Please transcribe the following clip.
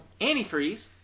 antifreeze